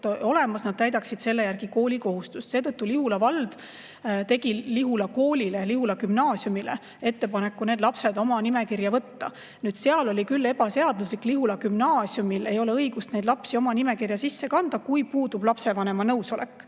olemas, nad täidaksid selle järgi koolikohustust. Seetõttu Lihula vald tegi Lihula koolile, Lihula Gümnaasiumile ettepaneku need lapsed oma nimekirja võtta. See oli küll ebaseaduslik: Lihula Gümnaasiumil ei ole õigust neid lapsi oma nimekirja kanda, kui puudub lapsevanema nõusolek